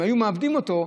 אם היו מעבדים אותו,